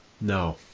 No